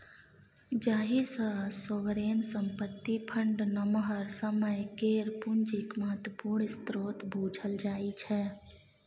जाहि सँ सोवरेन संपत्ति फंड नमहर समय केर पुंजीक महत्वपूर्ण स्रोत बुझल जाइ छै